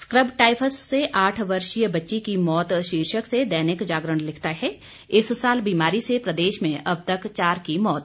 scrub typhus से आठ वर्षीय बच्ची की मौत शीर्षक से दैनिक जागरण लिखता है इस साल बीमारी से प्रदेश में अब तक चार की मौत